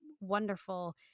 wonderful